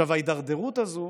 ההידרדרות הזו